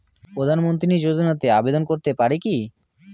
প্রধানমন্ত্রী যোজনাতে আবেদন করতে পারি কি?